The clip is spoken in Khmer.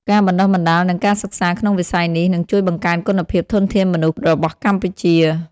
ការបណ្តុះបណ្តាល និងការសិក្សាក្នុងវិស័យនេះ នឹងជួយបង្កើនគុណភាពធនធានមនុស្សរបស់កម្ពុជា។